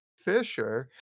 Fisher